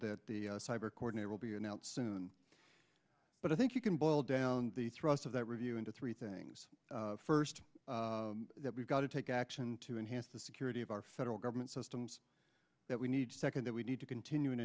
that the cyber coordinator will be announced soon but i think you can boil down the thrust of that review into three things first that we've got to take action to enhance the security of our federal government systems that we need to second that we need to continue